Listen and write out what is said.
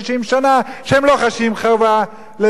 שהם לא חשים חובה למדינה הזאת,